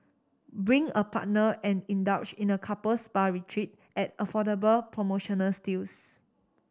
bring a partner and indulge in a couple spa retreat at affordable promotional steals